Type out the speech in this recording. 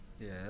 Yes